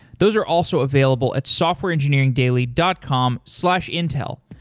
those are also available at softwareengineeringdaily dot com slash intel.